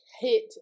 hit